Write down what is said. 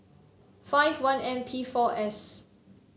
five one M P four S